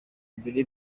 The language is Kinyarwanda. mbere